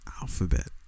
Alphabet